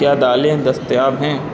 کیا دالیں دستیاب ہیں